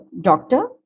doctor